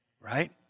Right